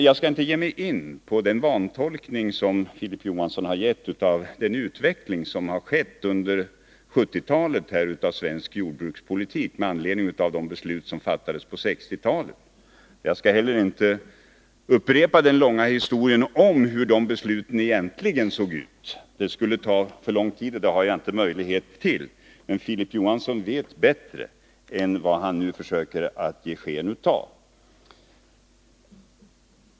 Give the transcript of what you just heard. Jag skall inte ge mig in på Filip Johanssons vantolkning av den utveckling av svensk jordbrukspolitik som har skett under 1970-talet på grundval av de beslut som fattades på 1960-talet. Jag skall heller inte upprepa den långa historien om hur de besluten egentligen såg ut. Det har jag inte någon möjlighet till, eftersom det skulle ta för lång tid, men Filip Johansson vet bättre än vad han nu försöker ge sken av.